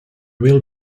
wheel